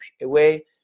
away